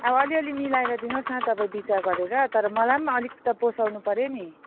अब अलिअलि मिलाएर दिनुहोस् न तपाईँ विचार गरेर तर मलाई पनि अलिक त पोसाउनु पर्यो नि